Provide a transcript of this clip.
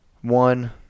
one